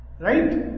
Right